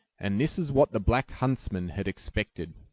and this is what the black huntsmen had expected.